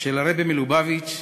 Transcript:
של הרעבע מלובביץ',